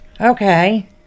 Okay